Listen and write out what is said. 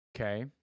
Okay